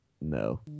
no